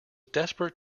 desperate